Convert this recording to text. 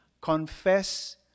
Confess